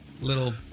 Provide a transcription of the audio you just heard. little